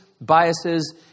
biases